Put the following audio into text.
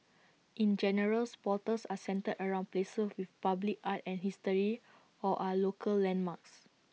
in general portals are centred around places with public art and history or are local landmarks